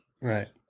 Right